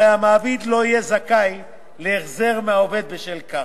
הרי המעביד לא יהיה זכאי להחזר מהעובד בשל כך,